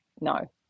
no